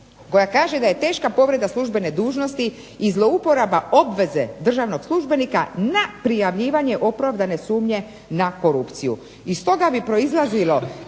koja kaže da je teška povreda službene dužnosti i zlouporaba obveze državnog službenika na prijavljivanje opravdane sumnje na korupciju.